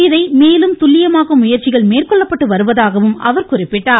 இதை மேலும் துல்லியமாக்கும் முயற்சிகள் மேற்கொள்ளப்பட்டு வருவதாகவும் அவர் கூறினார்